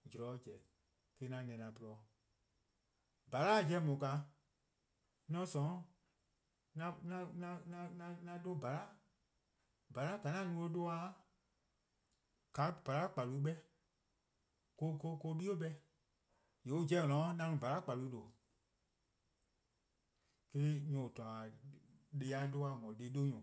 mor zorn zen an na-dih :porluh-dih. :bhala'-an 'jeh :daa, :mor 'on :sorn 'an 'dhu :bhala', :bhala' :ka 'an no-a or 'dhu-a, :ka :bhala' kalu 'beh-a :ha-: or bi beh, :yee' :yor :or :ne-a 'o 'an no :bhala kpalu :due'. Eh-: nyor+ :on :torne'-a deh :dhu :eh :on no-a deh 'dhu nyor+